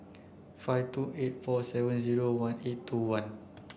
five two eight four seven zero one eight two one